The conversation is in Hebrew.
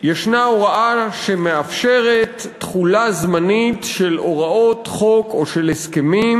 יש הוראה שמאפשרת תחולה זמנית של הוראות חוק או של הסכמים